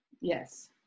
Yes